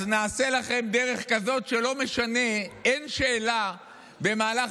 אז נעשה לכם דרך כזאת שלא משנה אין שאלה במהלך